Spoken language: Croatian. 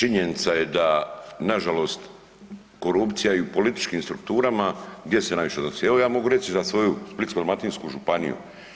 Činjenica je da nažalost korupcija i u političkim strukturama, gdje se najviše odnosi, evo ja mogu reći za svoju Splitsko-dalmatinsku županiju.